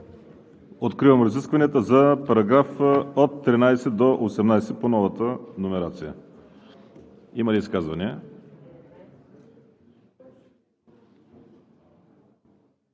Откривам разискванията за параграфи от 13 до 19 по новата номерация. Има ли изказвания?